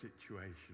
situation